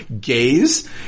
gays